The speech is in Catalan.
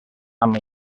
amb